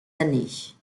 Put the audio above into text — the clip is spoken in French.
années